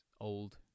old